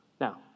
Now